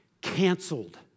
canceled